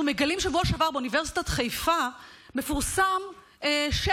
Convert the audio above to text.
אנחנו מגלים שבשבוע שעבר באוניברסיטת חיפה פורסם שקף,